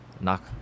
knock